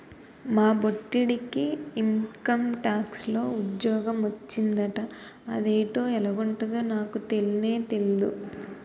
మా బొట్టిడికి ఇంకంటాక్స్ లో ఉజ్జోగ మొచ్చిందట అదేటో ఎలగుంటదో నాకు తెల్నే తెల్దు